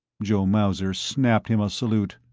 joe mauser snapped him a salute.